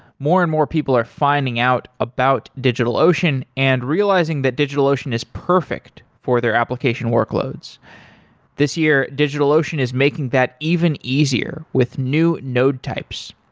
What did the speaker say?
more and more, people are finding out about digitalocean and realizing that digitalocean is perfect for their application workloads this year, digitalocean is making that even easier with new node types.